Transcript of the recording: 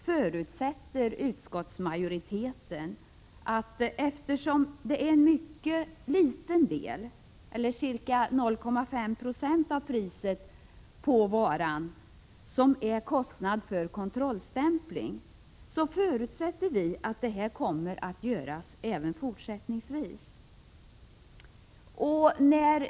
Eftersom endast en mycket liten del, ca 0,5 96 av priset på varan, utgör kostnad för kontrollstämpling förutsätter utskottsmajoriteten att denna kontrollstämpling kommer att göras även fortsättningsvis.